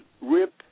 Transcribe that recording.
Rip